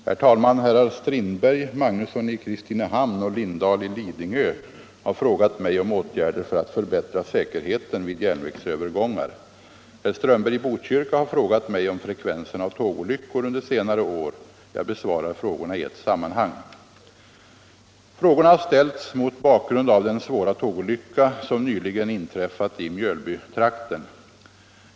Herr talman! Herrar Strindberg, Magnusson i Kristinehamn och Lindahl i Lidingö har frågat mig om åtgärder för att förbättra säkerheten vid järnvägsövergångar. Herr Strömberg i Botkyrka har frågat mig om frekvensen av tågolyckor under senare år. Jag besvarar frågorna i ett sammanhang. Frågorna har ställts mot bakgrund av den svåra tågolycka som nyligen inträffat i Mjölbytrakten.